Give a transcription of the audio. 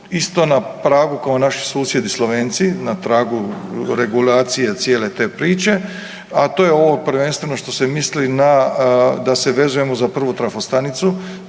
isto na pragu kao naši susjedi Slovenci na tragu regulacije cijele te priče, a to je ovo prvenstveno što se misli da se vezujemo za prvu trafostanicu